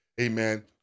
amen